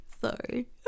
sorry